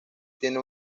tiene